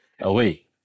away